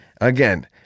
again